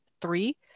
three